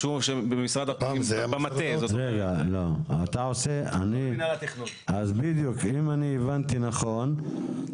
אז אם אני הבנתי נכון,